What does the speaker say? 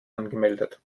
angemeldet